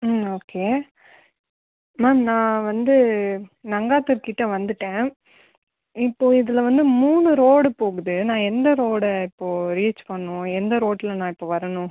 ம் okay ma'am நான் வந்து நங்காத்தூர் கிட்டே வந்துட்டேன் இப்போ இதில் வந்து மூணு ரோடு போகுது நான் எந்த ரோடை இப்போது ரீச் பண்ணணும் எந்த ரோட்டில் நான் இப்போ வரணும்